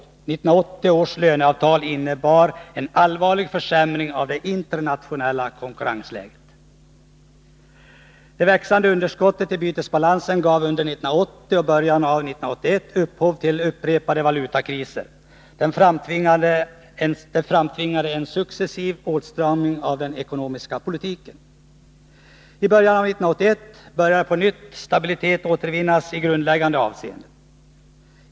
1980 års löneavtal innebar en allvarlig försämring av det internationella konkurrensläget. Det växande underskottet i bytesbalansen gav under 1980 och början av 1981 upphov till upprepade valutakriser. Det framtvingade en successiv åtstramning av den ekonomiska politiken. I början av 1981 började på nytt stabilitet återvinnas i grundläggande avseenden.